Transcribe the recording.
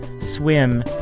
swim